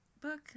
book